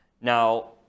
Now